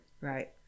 Right